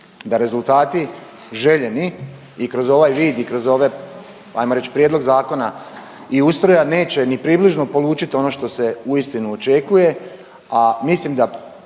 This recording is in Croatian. da rezultati željeni i kroz ovaj vid i kroz ove ajmo reć prijedlog zakona i ustroja neće ni približno polučit ono što se uistinu očekuje, a mislim da